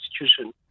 institution